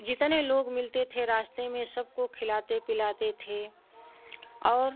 जितने लोग मिलते थे रास्ते में सबको खिलाते पिलाते थे और